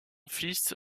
fils